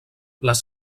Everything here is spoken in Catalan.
les